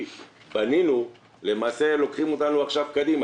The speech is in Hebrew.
בנינו למעשה לוקחים אותנו עכשיו קדימה,